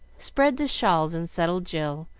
spread the shawls and settle jill,